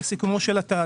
בסיכומו של התהליך.